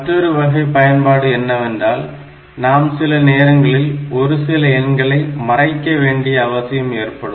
மற்றொரு வகை பயன்பாடு என்னவென்றால் நாம் சில நேரங்களில் ஒரு சில எண்களை மறைக்க வேண்டிய அவசியம் ஏற்படும்